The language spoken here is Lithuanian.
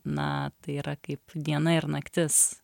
na tai yra kaip diena ir naktis